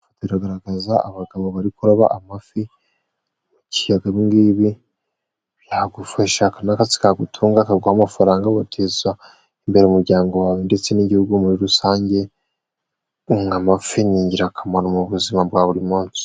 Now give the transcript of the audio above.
Biragaragaza abagabo bari kuroba amafi mu kiyaga, ibi ngibi byagufasha, aka ni akazi kagutunga, kaguha amafaranga, uguteza imbere umuryango wawe ndetse n'Igihugu muri rusange, unga amafi nigirakamaro mu buzima bwa buri munsi.